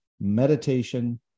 meditation